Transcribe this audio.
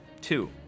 Two